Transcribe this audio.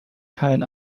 kein